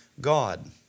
God